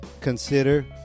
consider